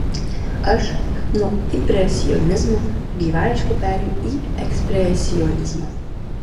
aš nuo impresionizmo gaivališkai perėjau į ekspresionizmą